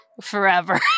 forever